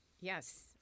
Yes